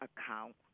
account